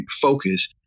focus